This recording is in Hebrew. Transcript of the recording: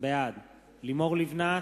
בעד לימור לבנת,